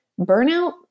Burnout